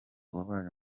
wabaye